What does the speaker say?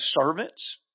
servants